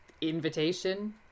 invitation